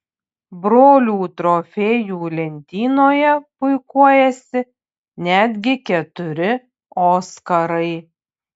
brolių trofėjų lentynoje puikuojasi netgi keturi oskarai